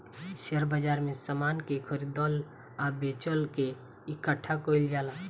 share बाजार में समान के खरीदल आ बेचल के इकठ्ठा कईल जाला